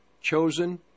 chosen